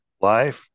life